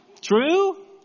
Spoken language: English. True